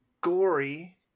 gory